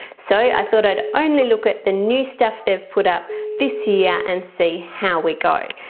so i thought i'd only look at the new stuff they've put up this year and see how we go.